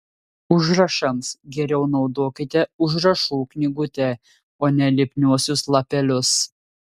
užrašams geriau naudokite užrašų knygutę o ne lipniuosius lapelius